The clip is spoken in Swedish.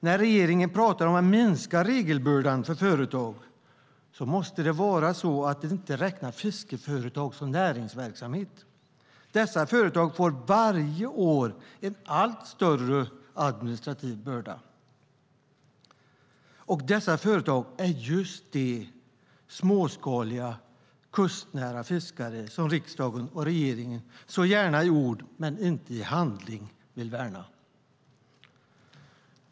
När regeringen talar om att minska regelbördan för företag måste det vara så att de inte räknar fiskeföretag som näringsverksamhet. Dessa företag får varje år en allt större administrativ börda. Och dessa företag är just de småskaliga, kustnära fiskare som riksdagen och regeringen så gärna i ord men inte i handling vill värna.